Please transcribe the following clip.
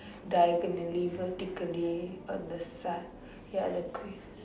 diagonally vertically on the side ya the queen